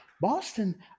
Boston